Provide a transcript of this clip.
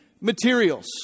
materials